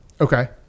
Okay